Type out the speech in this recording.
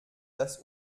das